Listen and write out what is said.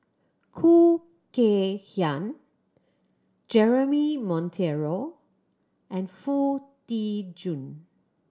Khoo Kay Hian Jeremy Monteiro and Foo Tee Jun